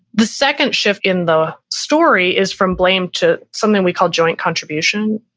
the second shift in the story is from blame to something we call joint contribution,